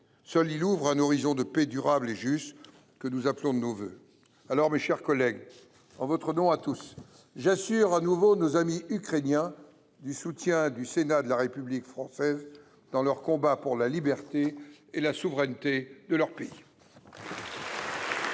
seul ouvre l’horizon de paix durable et juste que nous appelons de nos vœux. Mes chers collègues, en votre nom à tous, j’assure de nouveau nos amis ukrainiens du soutien du Sénat de la République française dans leur combat pour la liberté et la souveraineté de leur pays. L’ordre